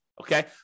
Okay